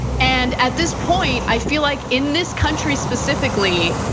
and at this point, i feel like, in this country specifically,